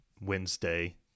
Wednesday